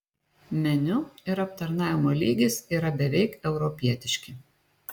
meniu ir aptarnavimo lygis yra beveik europietiški